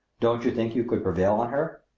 don't you think you could prevail on her?